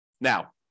Now